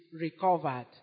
recovered